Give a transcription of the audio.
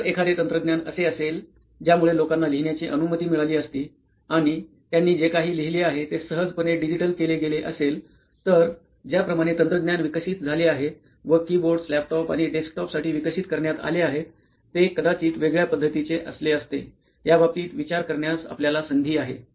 जर एखादे तंत्रज्ञान असे असेल ज्यामुळे लोकांना लिहिण्याची अनुमती मिळाली असती आणि त्यांनी जे काही लिहिले आहे ते सहजपणे डिजिटल केले गेले असेल तर ज्याप्रमाणे तंत्रज्ञान विकसित झाले आहे व कीबोर्डस लॅपटॉप आणि डेस्कटॉपसाठी विकसित करण्यात आले आहेत ते कदाचित वेगळ्या पद्धतीचे असले असते याबाबतीत विचार करण्यास आपल्याला संधी आहे